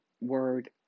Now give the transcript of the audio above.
word